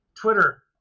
Twitter